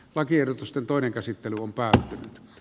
lakiehdotusten toinen käsittely on päättynyt